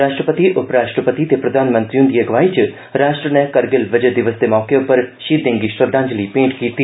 राष्ट्रपति उप राष्ट्रपति ते प्रधानमंत्री हुंदी अगुआई च राष्ट्र नै कारगिलविजय दिवस दे मौके उप्पर षहीदें गी श्रद्धांजलि भेंट कीती